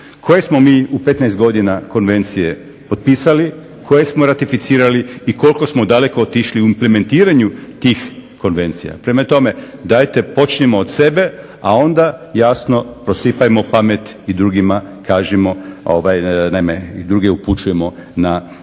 koje smo mi u 15 godina konvencije potpisali, koje smo ratificirali i koliko smo daleko otišli u implementiranju tih konvencija. Prema tome, dajte počnimo od sebe, a onda jasno prosipajmo pamet i drugima kažimo, naime